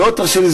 ועוד תרשה לי,